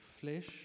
flesh